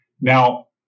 Now